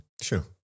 Sure